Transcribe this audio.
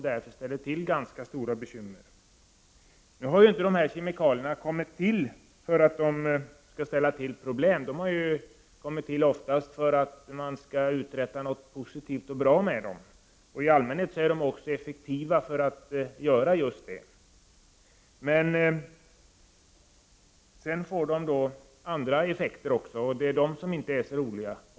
Kemikalierna har inte kommit till för att ställa till problem. De har oftast kommit till för att man skall kunna uträtta något positivt och bra med dem, och i allmänhet fungerar det effektivt. Kemikalierna får dock även andra effekter som inte är bra.